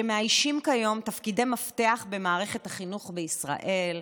שמאיישים כיום תפקידי מפתח במערכת החינוך בישראל,